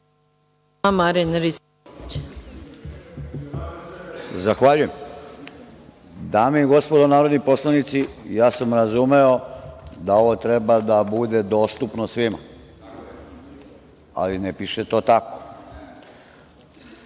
Zahvaljujem. Dame i gospodo narodni poslanici, ja sam razumeo da ovo treba da bude dostupno svima, ali ne piše to